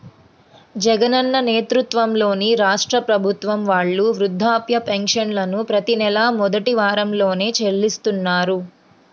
జగనన్న నేతృత్వంలోని రాష్ట్ర ప్రభుత్వం వాళ్ళు వృద్ధాప్య పెన్షన్లను ప్రతి నెలా మొదటి వారంలోనే చెల్లిస్తున్నారు